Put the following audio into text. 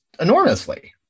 enormously